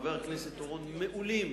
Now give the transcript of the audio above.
חבר הכנסת אורון, מעולים,